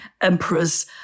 emperors